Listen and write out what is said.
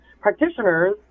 Practitioners